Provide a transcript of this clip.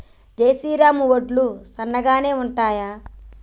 జై శ్రీరామ్ వడ్లు సన్నగనె ఉంటయా?